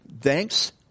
thanks